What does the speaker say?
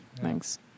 Thanks